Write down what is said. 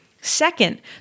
Second